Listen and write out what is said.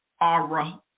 Aura